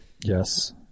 Yes